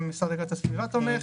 גם המשרד להגנת הסביבה תומך.